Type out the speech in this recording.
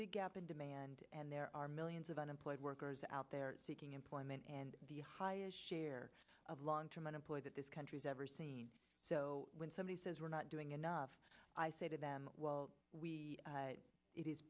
big gap in demand and there are millions of unemployed workers out there taking employment and high share of long term unemployed that this country's ever seen so when somebody says we're not doing enough i say to them well we